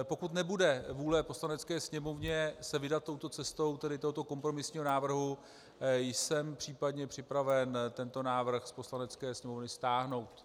Pokud nebude vůle v Poslanecké sněmovně se vydat touto cestou, tedy tohoto kompromisního návrhu, jsem případně připraven tento návrh z Poslanecké sněmovny stáhnout.